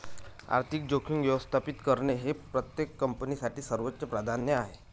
आर्थिक जोखीम व्यवस्थापित करणे हे प्रत्येक कंपनीसाठी सर्वोच्च प्राधान्य आहे